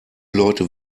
leute